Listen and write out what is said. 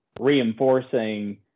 reinforcing